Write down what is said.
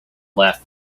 left